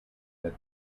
that